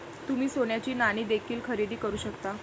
तुम्ही सोन्याची नाणी देखील खरेदी करू शकता